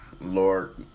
Lord